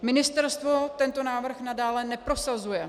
Ministerstvo tento návrh nadále neprosazuje.